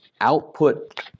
output